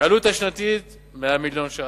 העלות השנתית: 100 מיליון שקלים.